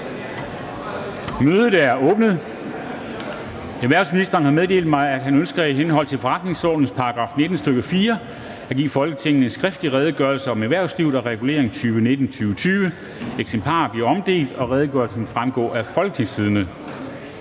Mødet er åbnet. Erhvervsministeren har meddelt mig, at han ønsker i henhold til forretningsordenens § 19, stk. 4, at give Folketinget en skriftlig redegørelse om erhvervslivet og regulering 2019-2020. Eksemplarer bliver omdelt, og redegørelsen vil fremgå af Folketingstidende.